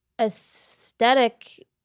Aesthetic